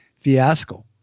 fiasco